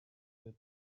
that